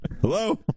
Hello